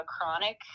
chronic